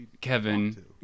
Kevin